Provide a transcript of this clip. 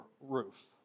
roof